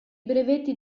brevetti